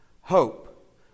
hope